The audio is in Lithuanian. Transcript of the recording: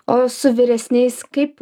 o su vyresniais kaip